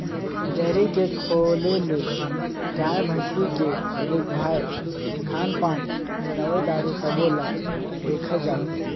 dairy के खोले ले गाय, भइसी के देखभाल, खान पान, दवई दारू सबो ल देखल जाथे